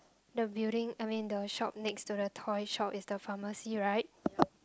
the building I mean the shop next to the toy shop is the pharmacy [right]